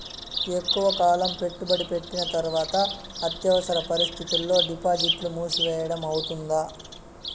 ఎక్కువగా కాలం పెట్టుబడి పెట్టిన తర్వాత అత్యవసర పరిస్థితుల్లో డిపాజిట్లు మూసివేయడం అవుతుందా?